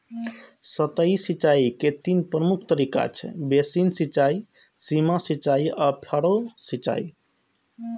सतही सिंचाइ के तीन प्रमुख तरीका छै, बेसिन सिंचाइ, सीमा सिंचाइ आ फरो सिंचाइ